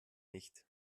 nicht